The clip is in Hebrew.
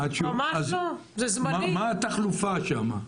מה התחלופה שם?